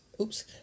Oops